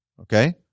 Okay